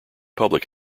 public